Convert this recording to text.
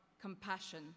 compassion